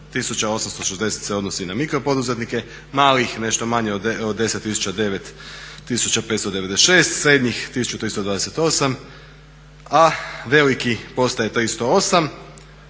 860 se odnosi na mikropoduzetnike, malih nešto manje od 10 000, 9596, srednjih 1328 a velikih ostaje 308